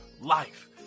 life